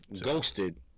ghosted